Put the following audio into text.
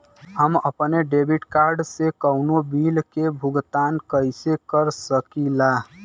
हम अपने debit card से कउनो बिल के भुगतान कइसे कर सकीला?